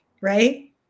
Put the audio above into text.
right